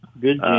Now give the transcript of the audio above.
good